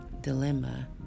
dilemma